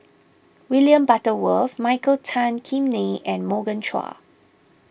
William Butterworth Michael Tan Kim Nei and Morgan Chua